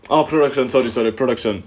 a production saudi started production